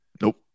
Nope